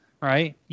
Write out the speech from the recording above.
right